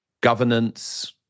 governance